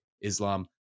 Islam